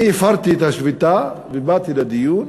אני הפרתי את השביתה ובאתי לדיון,